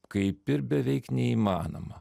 kaip ir beveik neįmanoma